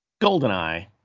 Goldeneye